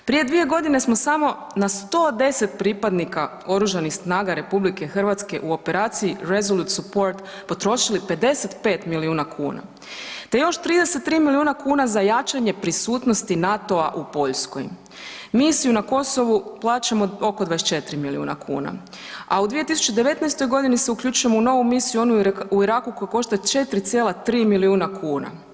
Prije 2.g. smo samo na 110 pripadnika oružanih snaga RH u Operaciji RESOLUTE SUPPORT potrošili 55 milijuna kuna, te još 33 milijuna kuna za jačanje prisutnosti NATO-a u Poljskoj, misiju na Kosovu plaćamo oko 24 milijuna kuna a u 2019.g. se uključujemo u novu misiju, onu u Iraku koja košta 4,3 milijuna kuna.